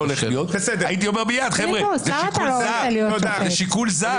הולך להיות הייתי אומר מיד שזה שיקול זר.